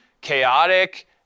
chaotic